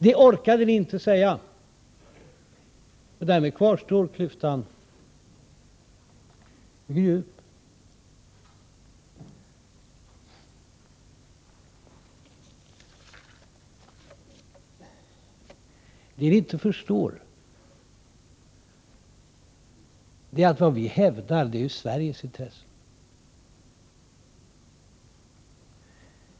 Det orkade ni inte säga, och därmed kvarstår klyftan — och den är djup. Det ni inte förstår är att vad vi hävdar är Sveriges intressen.